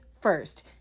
first